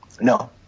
No